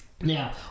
Now